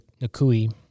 Nakui